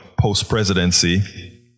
post-presidency